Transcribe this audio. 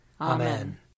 Amen